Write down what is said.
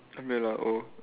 umbrella oh